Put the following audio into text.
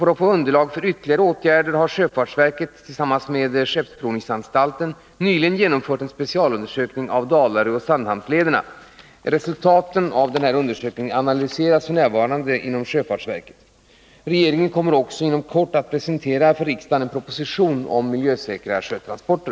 För att få ett underlag för ytterligare åtgärder har sjöfartsverket i samarbete med statens skeppsprovningsanstalt nyligen genomfört en specialundersökning av Dalaröoch Sandhamnslederna. Resultaten av den undersökningen analyseras f. n. inom verket. Regeringen kommer inom kort att presentera för riksdagen en proposition om miljösäkra sjötransporter.